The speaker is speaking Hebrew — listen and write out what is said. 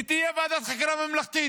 שתהיה ועדת חקירה ממלכתית,